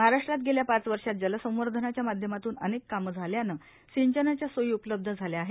महाराट्रात गेल्या पाच वर्तात जलसंवर्धनाच्या माध्यमातून अनेक कामं झाल्यानं सिंचनाच्या सोयी उपलब्ध झाल्या आहेत